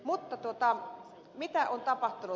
mutta mitä on tapahtunut